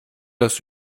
das